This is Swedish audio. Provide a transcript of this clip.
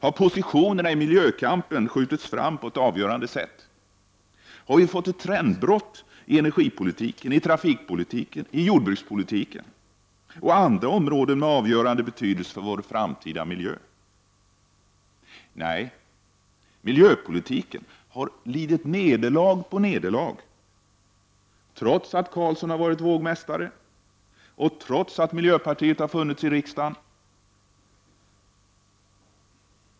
Har positionerna i miljökampen skjutits fram på ett avgörande sätt? Har vi fått ett trendbrott i energipolitiken, i trafikpolitiken, i jordbrukspolitiken och inom andra områden med avgörande betydelse för vår framtida miljö? Nej, miljöpolitiken har lidit nederlag efter nederlag, trots att Carlsson har varit vågmästare och trots att miljöpartiet har funnits i riksdagen.